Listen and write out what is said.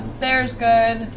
there's good.